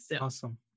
Awesome